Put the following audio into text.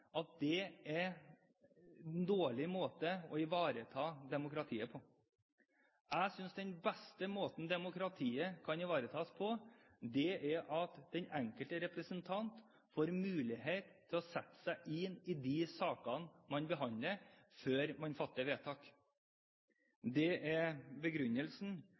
det er en dårlig måte å ivareta demokratiet på. Jeg synes at den beste måten demokratiet kan ivaretas på, er at den enkelte representant får mulighet til å sette seg inn i de sakene man behandler, før man fatter vedtak. Det er begrunnelsen